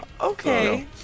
Okay